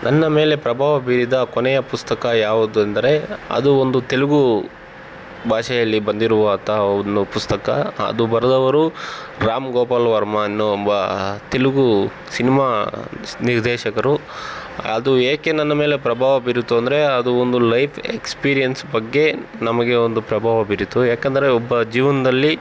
ನನ್ನ ಮೇಲೆ ಪ್ರಭಾವ ಬೀರಿದ ಕೊನೆಯ ಪುಸ್ತಕ ಯಾವುದೆಂದರೆ ಅದು ಒಂದು ತೆಲುಗು ಭಾಷೆಯಲ್ಲಿ ಬಂದಿರುವ ಅಂತಹ ಒಂದು ಪುಸ್ತಕ ಅದು ಬರೆದವರು ರಾಮ್ಗೋಪಾಲ್ ವರ್ಮಾ ಅನ್ನೋ ಒಬ್ಬ ತೆಲುಗು ಸಿನ್ಮಾ ಸ್ ನಿರ್ದೇಶಕರು ಅದು ಏಕೆ ನನ್ನ ಮೇಲೆ ಪ್ರಭಾವ ಬೀರಿತು ಅಂದರೆ ಅದು ಒಂದು ಲೈಫ್ ಎಕ್ಸ್ಪೀರಿಯನ್ಸ್ ಬಗ್ಗೆ ನಮಗೆ ಒಂದು ಪ್ರಭಾವ ಬೀರಿತು ಯಾಕಂದರೆ ಒಬ್ಬ ಜೀವನದಲ್ಲಿ